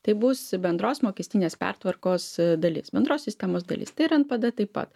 tai bus bendros mokestinės pertvarkos dalis bendros sistemos dalis tai ir npd taip pat